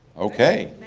okay,